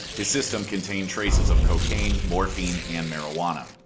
his system contained traces of cocaine, morphine and marijuana.